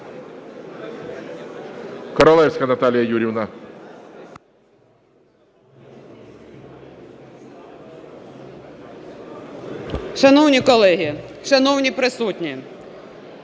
Шановні колеги, шановні присутні,